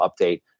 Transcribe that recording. update